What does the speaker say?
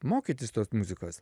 mokytis tos muzikos